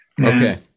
Okay